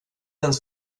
ens